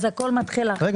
יש